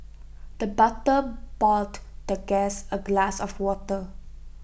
the butler poured the guest A glass of water